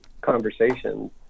conversations